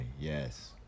Yes